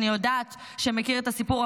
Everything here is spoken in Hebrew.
שאני יודעת שהוא מכיר את הסיפור,